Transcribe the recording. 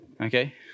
Okay